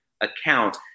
account